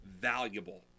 valuable